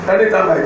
Anytime